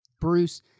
Bruce